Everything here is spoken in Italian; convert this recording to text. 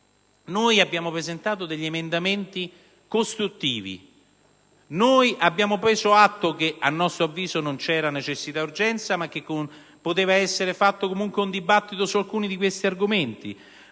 Abbiamo presentato degli emendamenti costruttivi; abbiamo preso atto che, a nostro avviso, non c'era necessità e urgenza, ma che poteva essere aperto comunque un dibattito su alcuni di questi argomenti.